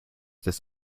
this